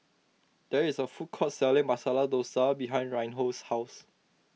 there is a food court selling Masala Dosa behind Reinhold's house